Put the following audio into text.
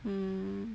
mm